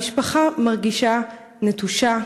המשפחה מרגישה נטושה,